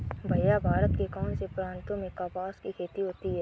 भैया भारत के कौन से प्रांतों में कपास की खेती होती है?